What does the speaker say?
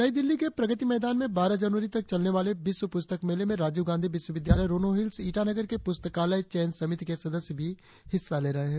नई दिल्ली के प्रगति मैदान में बारह जनवरी तक चलने वाले विश्व पुस्तक मेले में राजीव गांधी विश्वविद्यालय रोनोहिल्स ईटानगर के पुस्तकालय चयन समिति के सदस्य भी हिस्सा ले रहे है